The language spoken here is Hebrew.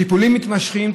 טיפולים מתמשכים,